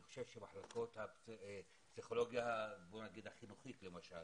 אני חושב על מחלקות הפסיכולוגיה החינוכית למשל,